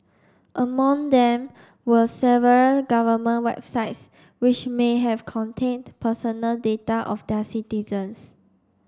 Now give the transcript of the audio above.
among them were several government websites which may have contained personal data of their citizens